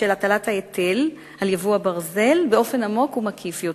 של הטלת ההיטל על ייבוא הברזל באופן עמוק ומקיף יותר.